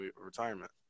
retirement